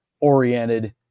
oriented